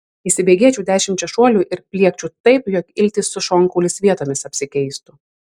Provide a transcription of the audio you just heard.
įsibėgėčiau dešimčia šuolių ir pliekčiau taip jog iltys su šonkauliais vietomis apsikeistų